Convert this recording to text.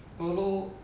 pirlo